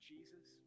Jesus